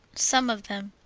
some of them.